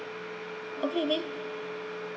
okay may